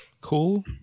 cool